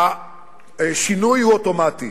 השינוי הוא אוטומטי.